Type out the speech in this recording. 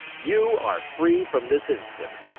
you are free from this instant!